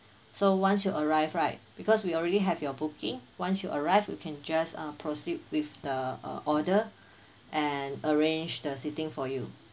so once you arrive right because we already have your booking once you arrive you can just uh proceed with the uh order and arrange the seating for you